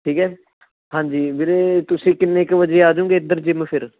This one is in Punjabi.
ਠੀਕ ਹੈ ਹਾਂਜੀ ਵੀਰੇ ਤੁਸੀਂ ਕਿੰਨੇ ਕ ਵਜੇ ਆ ਜੂਗੇ ਇੱਧਰ ਜਿਮ ਫ਼ਿਰ